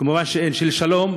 מובן שאין, של שלום,